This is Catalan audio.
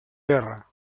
guerra